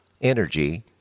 energy